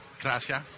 Gracias